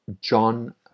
John